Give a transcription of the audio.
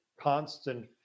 constant